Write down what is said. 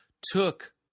took